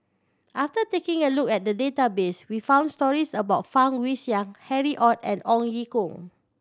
after taking a look at the database we found stories about Fang Guixiang Harry Ord and Ong Ye Kung